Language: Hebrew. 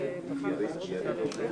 מי נגד?